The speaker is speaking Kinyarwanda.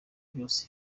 byose